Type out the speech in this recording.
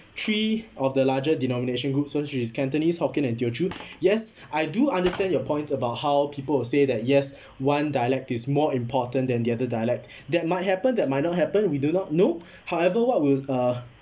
three of the larger denomination group such as cantonese hokkien and teochew yes I do understand your point about how people will say that yes one dialect is more important than the other dialect that might happen that might not happen we do not know however what we'll uh